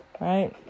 right